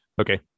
Okay